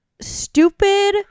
stupid